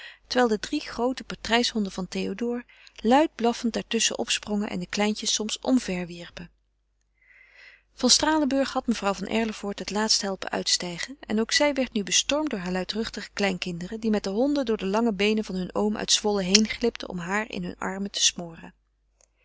terwijl de drie groote patrijshonden van théodore luid blaffend daartusschen opsprongen en de kleintjes omver wierpen van stralenburg had mevrouw van erlevoort het laatst helpen uitstijgen en ook zij werd nu bestormd door haar luidruchtige kleinkinderen die met de honden door de lange beenen van hun oom uit zwolle heenglipten om haar in hunne armen te smoren